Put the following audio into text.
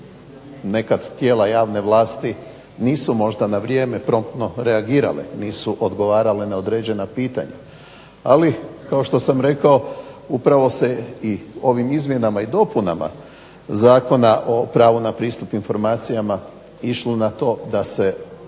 nekad tijela javne vlasti nisu možda na vrijeme promptno reagirale, nisu odgovarale na određena pitanja, ali kao što sam rekao upravo se i ovim izmjenama i dopunama Zakona o pravu na pristup informacijama išlo na to da se faktički